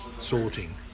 sorting